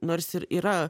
nors ir yra